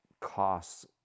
costs